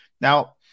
Now